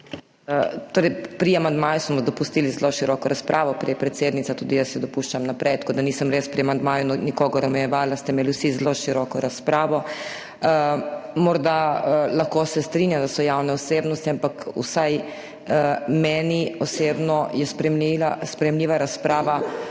Torej, pri amandmaju smo dopustili zelo široko razpravo, prej predsednica, tudi jaz jo dopuščam naprej, tako da nisem pri amandmaju res nikogar omejevala. Vsi ste imeli zelo široko razpravo. Lahko se strinjam, da so javne osebnosti, ampak vsaj meni osebno je sprejemljiva razprava